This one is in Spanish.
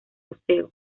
museo